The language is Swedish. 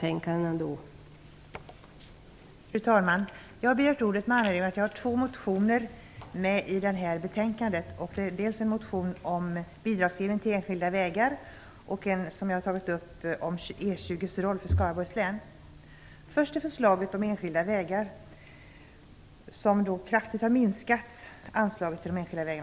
Fru talman! Jag har begärt ordet med anledning av att jag har två motioner med i detta betänkande. Det är dels en motion om bidragsgivning till enskilda vägar, dels en motion om E 20:s roll för Skaraborgs län. Först till förslaget om kraftigt minskade anslag till enskilda vägar .